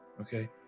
okay